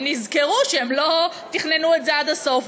הם נזכרו שהם לא תכננו את זה עד הסוף,